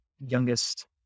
youngest